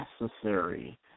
necessary